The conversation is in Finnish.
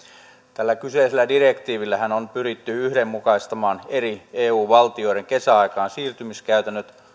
tällä kyseisellä direktiivillähän on pyritty yhdenmukaistamaan eri eu valtioiden kesäaikaan siirtymiskäytännöt